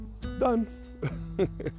Done